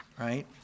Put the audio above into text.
right